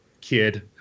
kid